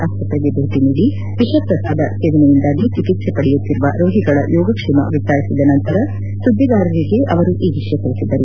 ಆಸ್ತ್ರೆಗೆ ದೇಟ ನೀಡಿ ಎಷ ಪ್ರಸಾದ ಸೇವನೆಯಿಂದಾಗಿ ಚಿಕಿತ್ಸೆ ಪಡೆಯುತ್ತಿರುವ ರೋಗಿಗಳ ಯೋಗಕ್ಷೇಮ ವಿಜಾರಿಸಿದ ನಚಿತರ ಸುದ್ಲಿಗಾರಿಗೆ ಅವರು ಈ ವಿಷಯ ತಿಳಿಸಿದರು